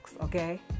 okay